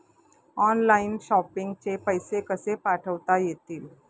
Online shopping चे पैसे कसे पाठवता येतील?